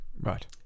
Right